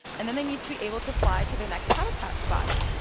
and then they need to be able to fly to their next habitat spot.